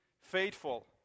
faithful